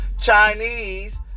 Chinese